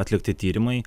atlikti tyrimai